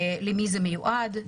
למי זה מיועד,